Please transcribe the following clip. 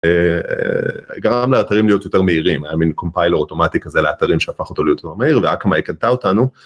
‫גרם לאתרים להיות יותר מהירים, היה מן קומפיילר אוטומטי כזה לאתרים שהפך אותו להיות יותר מהיר, ואקמה איי קנתה אותנו.